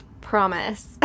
Promise